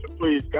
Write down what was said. please